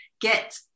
get